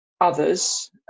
others